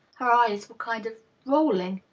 her eyes were kind of rolling.